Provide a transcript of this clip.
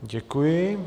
Děkuji.